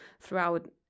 throughout